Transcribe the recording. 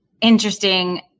interesting